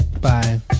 Bye